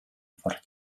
for